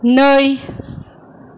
नै